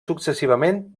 successivament